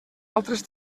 altres